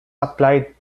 applied